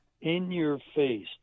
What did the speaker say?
in-your-face